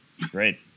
Great